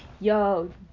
yo